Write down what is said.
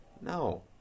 no